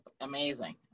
Amazing